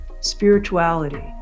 spirituality